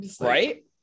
right